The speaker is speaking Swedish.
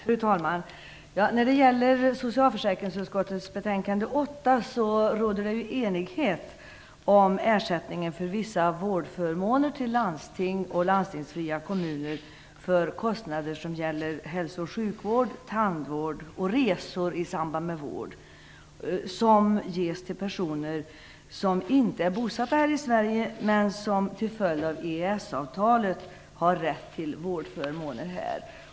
Fru talman! Det råder enighet i socialförsäkringsutskottets betänkande nr 8 om ersättningen för vissa vårdförmåner till landsting och landstingsfria kommuner för kostnader som gäller hälso och sjukvård, tandvård och resor i samband med vård som ges till personer som inte är bosatta i Sverige men som till följd av EES-avtalet har rätt till vårdförmåner här.